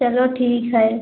चलो ठीक है